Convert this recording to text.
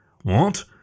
What